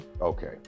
Okay